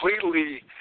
completely